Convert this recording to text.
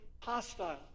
hostile